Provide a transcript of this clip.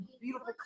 beautiful